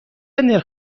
نرخ